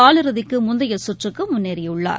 காலிறுதிக்குமுந்தையசுற்றுக்குமுன்னேறியுள்ளார்